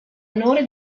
onore